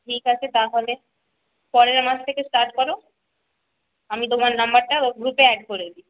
ঠিক আছে তাহলে পরের মাস থেকে স্টার্ট করো আমি তোমার নাম্বারটা গ্রুপে অ্যাড করে দিই